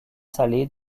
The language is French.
salés